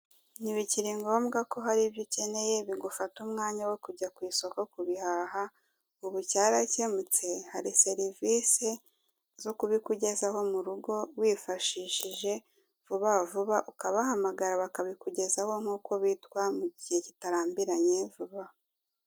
Ntibikiri ngombwa ko hari ibyo ukeneye, bigufata umwanya wo kujya ku isoko kubihaha, ubu cyarakemutse, hari serivise zo kubikugezaho mu rugo, wifashishije vuba vuba, ukabahamagara, bakabikugezaho, nk'uko bitwa, mu gihe kitarambiranye, vuba aha.